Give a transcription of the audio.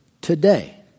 today